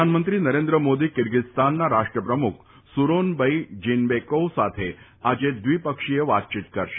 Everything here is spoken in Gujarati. પ્રધાનમંત્રી નરેન્દ્ર મોદી કિર્ગિસ્તાનના રાષ્ટ્રપ્રમુખ સુરોનબઈ જીનબેકોવ સાથે આજે દ્વિપક્ષીય વાતયીત કરશે